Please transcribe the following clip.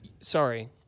Sorry